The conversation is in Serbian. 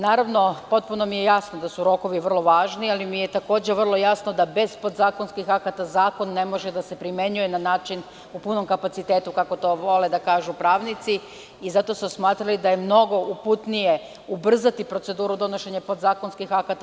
Naravno, potpuno mi je jasno da su rokovi vrlo važni, ali mi je takođe vrlo jasno da bez podzakonskih akata zakon ne može da se primenjuje u punom kapacitetu, kako to vole da kažu pravnici i zato smo smatrali da je mnogo uputnije ubrzati proceduru donošenja podzakonskih akata.